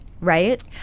Right